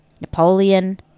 Napoleon